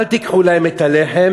אל תיקחו להם את הלחם,